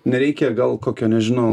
nereikia gal kokio nežinau